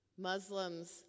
Muslims